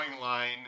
line